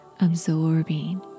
absorbing